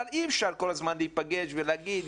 אי אפשר כל הזמן להיפגש ולהגיד,